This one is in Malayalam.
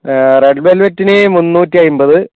റെഡ് വെൽവെറ്റിന് മുന്നൂറ്റി അമ്പത്